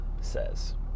says